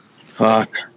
Fuck